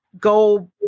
go